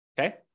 okay